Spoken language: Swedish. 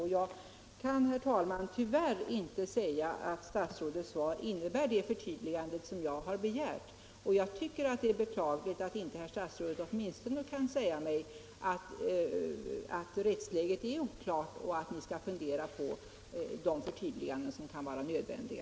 Jag kan, herr talman, tyvärr inte säga att statsrådets svar innebär det klarläggande som jag begärt. Jag tycker att det är beklagligt att inte statsrådet åtminstone kan säga mig att rättsläget är oklart och att Ni skall fundera på de förtydliganden som kan vara nödvändiga.